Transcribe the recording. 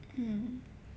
mm